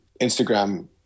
Instagram